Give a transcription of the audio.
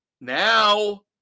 Now